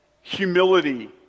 humility